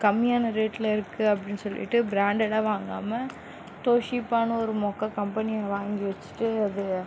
கம்மியான ரேட்டில் இருக்குது அப்படின் சொல்லிவிட்டு பிராண்டடான வாங்காமல் டோஷிப்பானு ஒரு மொக்கை கம்பனியில் வாங்கி வெச்சுட்டு அது